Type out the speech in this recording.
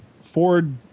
Ford